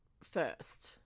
first